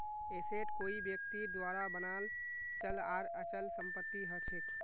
asset कोई व्यक्तिर द्वारा बनाल चल आर अचल संपत्ति हछेक